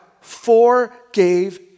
forgave